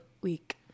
week